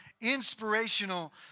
inspirational